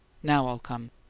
now i'll come.